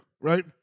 right